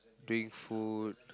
drink food